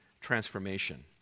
transformation